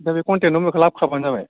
दा बे कनटेक नम्बरखो लाबो खाबानो जाबाय